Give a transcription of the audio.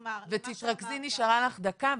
תתרכזי, נשארה לך דקה.